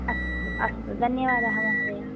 अस्तु अस्तु धन्यवादः महोदय